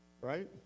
Right